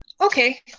Okay